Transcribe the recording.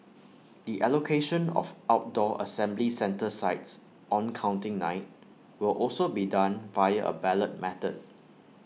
the allocation of outdoor assembly centre sites on counting night will also be done via A ballot method